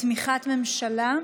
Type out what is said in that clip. בתמיכת ממשלה.